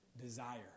desire